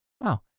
Wow